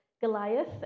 Goliath